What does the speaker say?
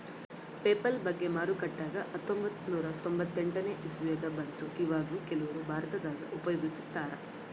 PayPal ಬಗ್ಗೆ ಮಾರುಕಟ್ಟೆಗ ಹತ್ತೊಂಭತ್ತು ನೂರ ತೊಂಬತ್ತೆಂಟನೇ ಇಸವಿಗ ಬಂತು ಈವಗ್ಲೂ ಕೆಲವರು ಭಾರತದಗ ಉಪಯೋಗಿಸ್ತರಾ